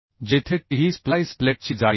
जेथे t ही splice प्लेटची जाडी आहे